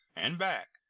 and back,